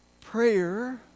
Prayer